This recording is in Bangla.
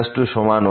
f সমান 1